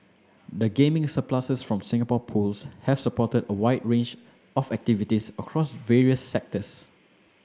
the gaming surpluses from Singapore Pools have supported a wide range of activities across various sectors